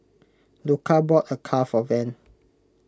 Luka bought Acar for Van